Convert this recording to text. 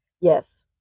Yes